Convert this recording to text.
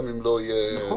נכון.